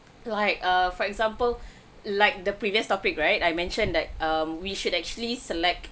like err for example like the previous topic right I mentioned that um we should actually select